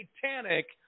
satanic